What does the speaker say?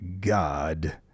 God